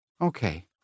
Okay